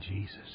Jesus